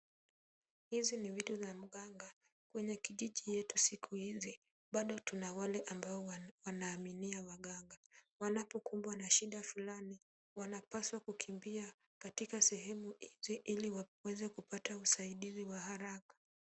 Hizi ni vitu za mganga , kwenye kijiji yetu siku hizi bado tuna wale ambao wanaoaminia waganga ,wanapokumbwa na shida fulani ,wanapaswa kukimbia katika sehemu hizi ili waweze kupata usaidizi wa haraka.